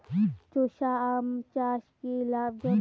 চোষা আম চাষ কি লাভজনক?